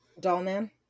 Dollman